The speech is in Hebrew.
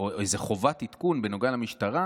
או חובת עדכון בנוגע למשטרה,